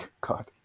God